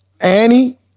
annie